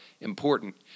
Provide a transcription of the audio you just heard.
important